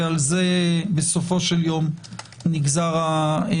ועל זה בסופו של יום נגזר החורבן.